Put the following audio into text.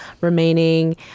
remaining